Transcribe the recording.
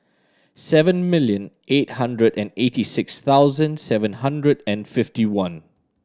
seven million eight hundred and eighty six thousand seven hundred and fifty one